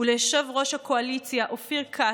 וליושב-ראש הקואליציה אופיר כץ,